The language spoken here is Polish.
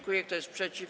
Kto jest przeciw?